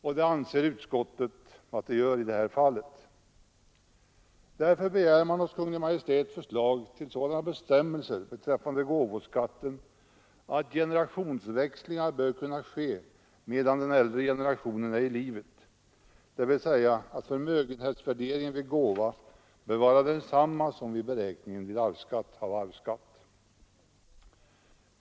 Och det anser utskottet att det gör i detta fall. Därför begär man hos Kungl. Maj:t förslag till sådana bestämmelser beträffande gåvoskatten att generationsväxlingar bör kunna ske medan den äldre generationen är i livet, dvs. att förmögenhetsvärderingen vid gåva bör vara densamma som vid beräkningen av arvsskatt.